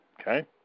Okay